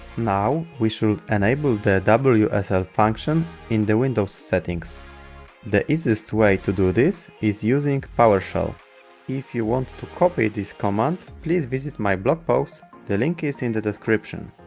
now we should enable the wsl function in the windows settings the easiest way to do this is using powershell if you want to copy this command please visit my blog post the link is in the description.